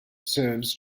serves